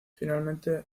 finalmente